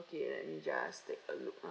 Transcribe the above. okay let me just take a look uh